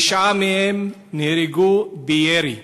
תשעה מהם נהרגו בירי.